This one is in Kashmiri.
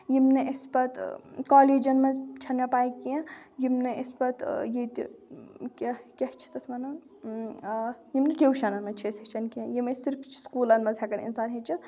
یِم نہٕ أسۍ پَتہٕ کالیجَن منٛز چھَنہٕ مےٚ پَے کیںٛہہ یِم نہٕ أسۍ پَتہٕ ییٚتہِ کیاہ کیاہ چھِ تَتھ وَنَان یِم نہٕ ٹیوٗشَنَن منٛز چھِ أسۍ ہیٚچھَان کینٛہہ یِم أسۍ صرف چھِ سکوٗلَن منٛز ہٮ۪کَان اِنسان ہیٚچھِتھ